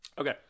Okay